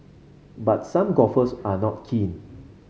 but some golfers are not keen